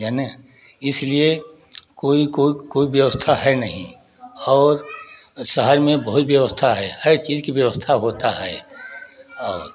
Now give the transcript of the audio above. यानी इसीलिए कोई को कोई व्यवस्था है नहीं और शहर में बहुत व्यवस्था है हर चीज की व्यवस्था होता है और